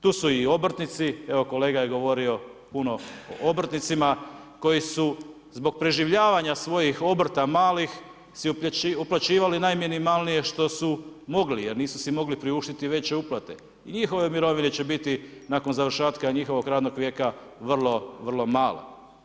Tu su i obrtnici, evo kolega je govorio puno o obrtnicima koji su zbog preživljavanja svojih obrta malih si uplaćivali najminimalnije što su mogli, jer nisu si mogli priuštiti veće uplate i njihove mirovine će biti nakon završetka njihovog radnog vijeka vrlo, vrlo male.